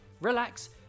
relax